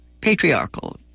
patriarchal